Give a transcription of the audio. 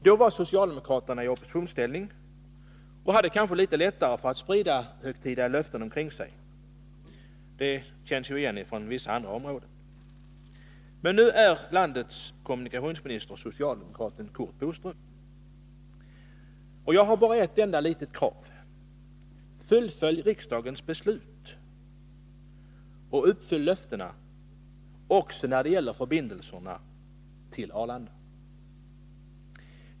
Då var socialdemokraterna i oppositionsställning och hade kanske lättare att sprida högtidliga löften omkring sig. Det känns ju igen från vissa andra områden. Men nu är landets kommunikationsminister socialdemokraten Curt Boström. Jag har bara ett enda litet krav. Fullfölj riksdagens beslut och uppfyll löftena också när det gäller förbindelserna till Arlanda.